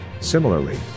Similarly